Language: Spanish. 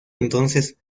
entonces